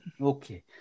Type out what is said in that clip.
okay